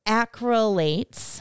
acrylates